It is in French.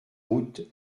route